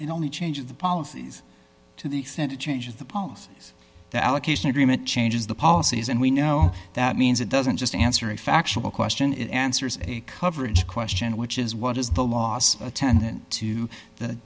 and only changes the policies to the extent it changes the policies that allocation agreement changes the policies and we know that means it doesn't just answer a factual question it answers a coverage question which is what is the loss attendant to th